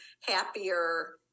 happier